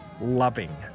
loving